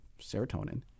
serotonin